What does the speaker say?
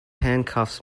handcuffs